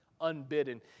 unbidden